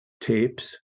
tapes